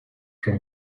from